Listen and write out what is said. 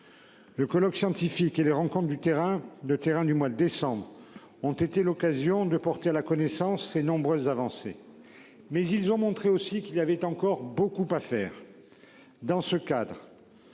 Le colloque scientifique, il les rencontre du terrain le terrain du mois de décembre ont été l'occasion de porter à la connaissance. Ses nombreuses avancées. Mais ils ont montré aussi qu'il y avait encore beaucoup à faire. Dans ce cadre.